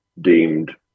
deemed